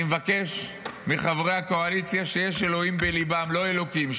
אני מבקש מחברי הקואליציה שיש אלוהים בליבם לא אלוקים,